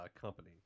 company